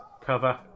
Cover